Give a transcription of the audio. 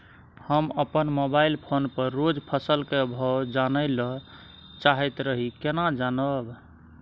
हम अपन mobile phone पर रोज फसल के भाव जानय ल चाहैत रही केना जानब?